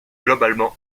globalement